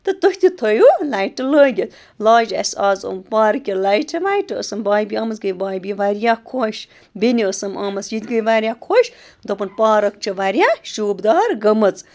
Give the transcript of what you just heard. تہٕ تُہۍ تہِ تھٲیِو لایٹہِ لٲگِتھ لاجہٕ اَسہِ آز یِم پارکہِ لایٹہِ وایٹہِ ٲسٕم بھابھی آمٕژ گٔے بھابھی واریاہ خوش بیٚنہِ ٲسٕم آمٕژ یہِ تہِ گٔے واریاہ خوش دوٚپُن پارک چھِ واریاہ شوٗبدار گٔمٕژ